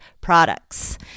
products